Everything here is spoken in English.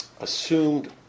assumed